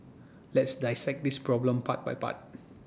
let's dissect this problem part by part